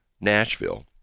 Nashville